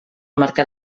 mercat